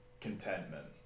contentment